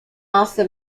also